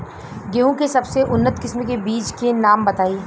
गेहूं के सबसे उन्नत किस्म के बिज के नाम बताई?